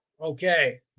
okay